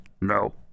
No